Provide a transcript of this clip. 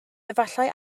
efallai